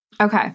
Okay